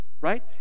right